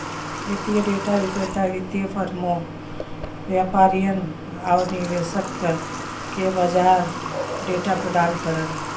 वित्तीय डेटा विक्रेता वित्तीय फर्मों, व्यापारियन आउर निवेशक के बाजार डेटा प्रदान करला